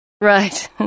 Right